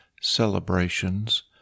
celebrations